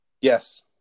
Yes